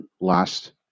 last